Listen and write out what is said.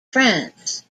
france